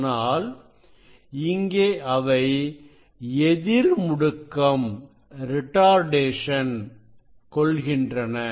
ஆனால் இங்கே அவை எதிர் முடுக்கம் கொள்கின்றன